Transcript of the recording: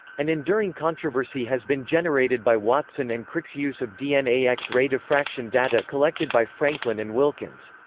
an enduring controversy has been generated by watson and crick's use of dna x-ray diffraction data collected by franklin and wilkins.